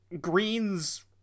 Green's